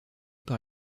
par